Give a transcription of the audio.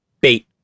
bait